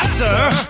Sir